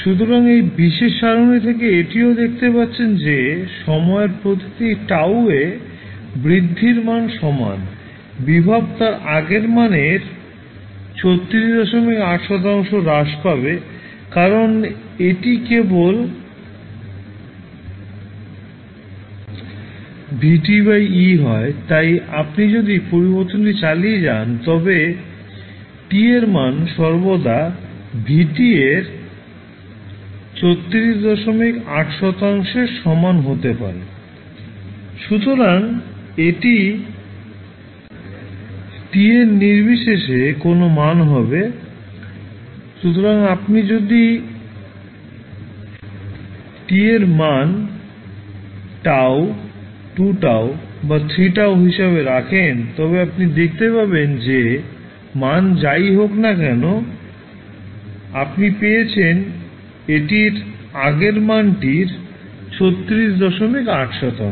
সুতরাং এই বিশেষ সারণী থেকে এটিও দেখতে পাচ্ছেন যে সময়ের প্রতিটি τ এ বৃদ্ধি এর মান সমান ভোল্টেজ তার আগের মানের 368 শতাংশ হ্রাস পাবে কারণ এটি কেবল Vt e হয় তাই আপনি যদি পরিবর্তনটি চালিয়ে যান তবে tএর মান সর্বদা Vt এর 368 শতাংশের সমান হতে পারে সুতরাং এটি t এর নির্বিশেষে কোনও মান হবে সুতরাং আপনি যদি tএর মান τ 2 τ বা 3 τ হিসাবে রাখেন তবে আপনি দেখতে পাবেন যে মান যাই হোক না কেন আপনি পেয়েছেন এটির আগের মানটির 368 শতাংশ